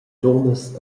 dunnas